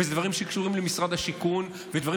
ויש דברים שקשורים למשרד השיכון ודברים